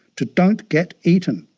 to don't get eaten.